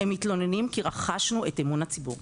הם מתלוננים כי רכשנו את אמון הציבור.